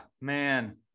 man